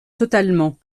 totalement